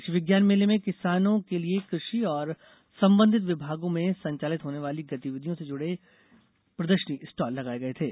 कृषि विज्ञान मेले में किसानों के लिए कृषि और संबंद्वित विभागों में संचालित होने वाली गतिविधियों से जुड़ी प्रदर्शनी स्टॉल लगाए गए थे